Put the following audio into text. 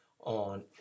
on